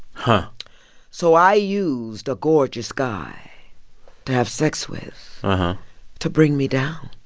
but so i used a gorgeous guy to have sex with to bring me down.